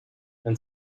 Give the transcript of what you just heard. and